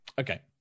Okay